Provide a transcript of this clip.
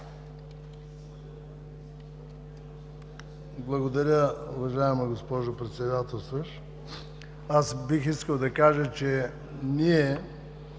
Благодаря, уважаема госпожо Председател. Аз бих искал да кажа, че ние